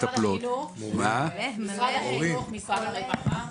משרד החינוך, משרד הרווחה.